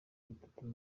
bitatu